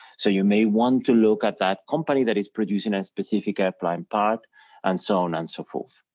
so you may want to look at that company that is producing a specific airplane part and so on and so forth,